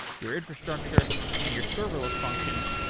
your infrastructure and your serverless functions,